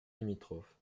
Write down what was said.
limitrophes